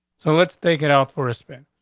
so let's take it out for a spin.